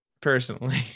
personally